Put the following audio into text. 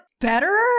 better